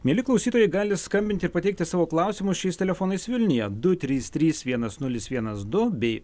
mieli klausytojai gali skambinti ir pateikti savo klausimus šiais telefonais vilniuje du trys trys vienas nulis vienas du bei